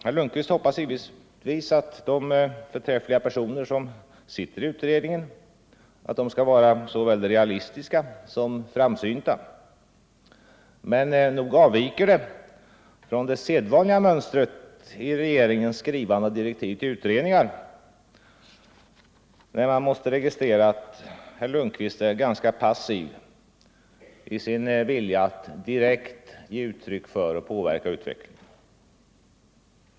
Herr Lundkvist hoppas givetvis att de förträffliga personer som sitter i utredningen skall vara såväl realistiska som framsynta. Men nog avviker det från det sedvanliga 157 mönstret i regeringens skrivande av direktiv till utredningar, när man måste registrera att herr Lundkvist är ganska passiv i sin vilja att direkt påverka utvecklingen.